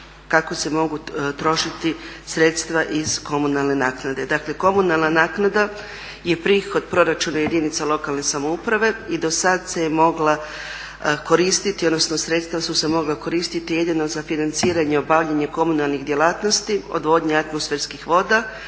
kako se mogu trošiti sredstva iz komunalne naknade.